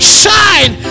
shine